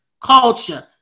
culture